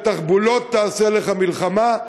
בתחבולות תעשה לך מלחמה,